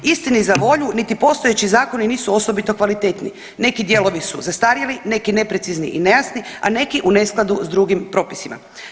Istini za volju niti postojeći zakoni nisu osobito kvalitetni, neki dijelovi su zastarjeli, neki neprecizni i nejasni, a neki u neskladu s drugim propisima.